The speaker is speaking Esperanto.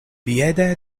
piede